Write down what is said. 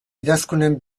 idazkunen